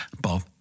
Bob